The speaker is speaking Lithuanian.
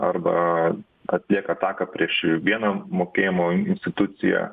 arba atlieka ataką prieš vieną mokėjimo instituciją